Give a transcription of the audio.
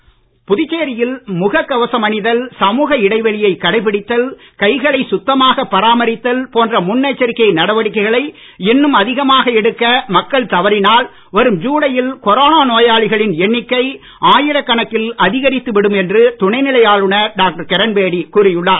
கிரண்பேடி புதுச்சேரியில் முகக் கவசம் அணிதல் சமுக இடைவெளியை கடைபிடித்தல் கைகளை சுத்தமாக பராமரித்தல் போன்ற முன் எச்சரிக்கை நடவடிக்கைகளை இன்னும் அதிகமாக எடுக்க மக்கள் தவறினால் வரும் ஜுலையில் கொரோனா நோயாளிகளின் எண்ணிக்கை ஆயிரக்கணக்கில் அதிகரித்து விடும் என்று துணைநிலை ஆளுநர் டாக்டர் கிரண்பேடி கூறியுள்ளார்